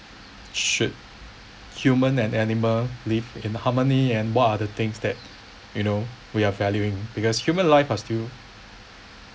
should human and animal live in harmony and while the things that you know we're valuing because human life are still